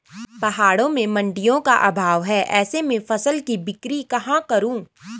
पहाड़ों में मडिंयों का अभाव है ऐसे में फसल की बिक्री कहाँ करूँ?